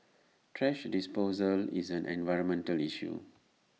thrash disposal is an environmental issue